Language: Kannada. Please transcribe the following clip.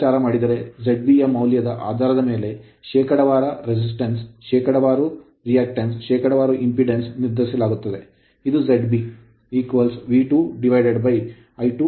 ಲೆಕ್ಕಾಚಾರಮಾಡಿದ ZB ಯ ಮೌಲ್ಯದ ಆಧಾರದ ಮೇಲೆ ಶೇಕಡಾವಾರು resistance ಪ್ರತಿರೋಧ ಶೇಕಡಾವಾರು reactance ಪ್ರತಿವರ್ತನೆ ಶೇಕಡಾವಾರು impedance ಅಡೆತಡೆಯನ್ನು ನಿರ್ಧರಿಸಲಾಗುತ್ತದೆ